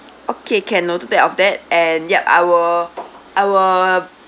okay can noted that of that and yup I'll I'll